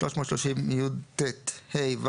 330יט (ה),